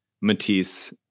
Matisse